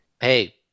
hey